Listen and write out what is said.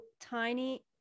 tiny